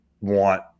want